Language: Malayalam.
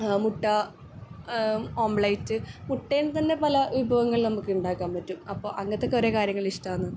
മുട്ട ഓമ്ലേറ്റ് മുട്ടയിൽ തന്നെ പല വിഭവങ്ങള് നമുക്കിണ്ടാക്കാൻ പറ്റും അപ്പം അങ്ങൻത്തെ കുറെ കാര്യങ്ങളിഷ്ടമാണ്